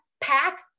pack